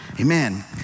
Amen